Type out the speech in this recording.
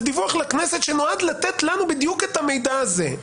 דיווח לכנסת שנועד לתת לנו בדיוק את המידע הזה.